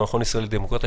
מהמכון הישראלי לדמוקרטיה,